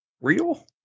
real